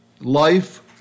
life